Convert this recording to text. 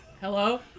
hello